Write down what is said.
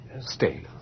stay